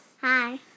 Hi